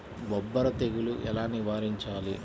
బొబ్బర తెగులు ఎలా నివారించాలి?